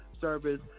service